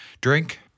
Drink